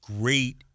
great